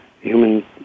human